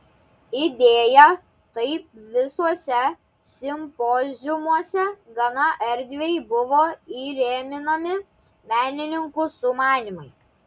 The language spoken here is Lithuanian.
idėja taip visuose simpoziumuose gana erdviai buvo įrėminami menininkų sumanymai